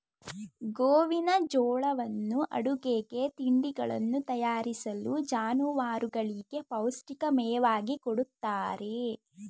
ಗೋವಿನಜೋಳವನ್ನು ಅಡುಗೆಗೆ, ತಿಂಡಿಗಳನ್ನು ತಯಾರಿಸಲು, ಜಾನುವಾರುಗಳಿಗೆ ಪೌಷ್ಟಿಕ ಮೇವಾಗಿ ಕೊಡುತ್ತಾರೆ